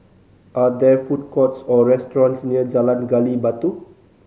are there food courts or restaurants near Jalan Gali Batu